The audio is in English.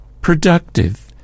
productive